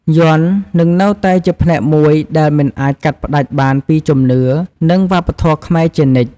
យ័ន្តនឹងនៅតែជាផ្នែកមួយដែលមិនអាចកាត់ផ្ដាច់បានពីជំនឿ និងវប្បធម៌ខ្មែរជានិច្ច។